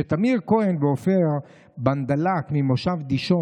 "כשתמיר כהן ועופר בנדלק ממושב דישון